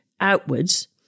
outwards